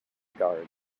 gardner